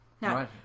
No